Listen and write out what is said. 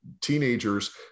teenagers